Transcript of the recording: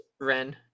Ren